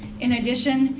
in addition,